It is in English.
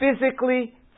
physically